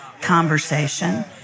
conversation